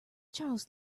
charles